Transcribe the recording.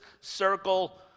circle